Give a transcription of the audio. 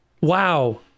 Wow